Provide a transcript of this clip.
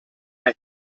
ein